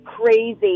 crazy